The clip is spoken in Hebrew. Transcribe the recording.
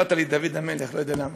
הזכרת לי את דוד המלך, לא יודע למה.